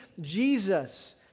Jesus